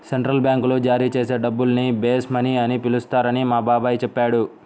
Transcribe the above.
central బ్యాంకులు జారీ చేసే డబ్బుల్ని బేస్ మనీ అని పిలుస్తారని మా బాబాయి చెప్పాడు